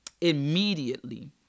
Immediately